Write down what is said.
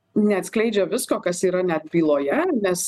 neatskleidžia visko kas yra net byloje nes